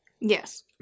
Yes